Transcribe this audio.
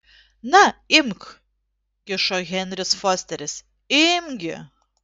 na imk kišo henris fosteris imk gi